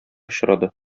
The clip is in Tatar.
очрады